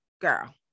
girl